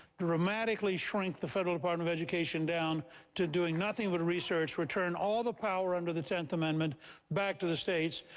dramatically shrink the federal department ah and of education down to doing nothing but research, return all the power under the tenth amendment back to the states.